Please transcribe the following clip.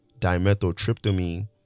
dimethyltryptamine